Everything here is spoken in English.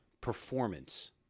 performance